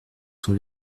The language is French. son